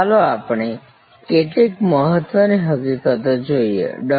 ચાલો આપણે કેટલીક મહત્વની હકીકતો જોઈએ ડૉ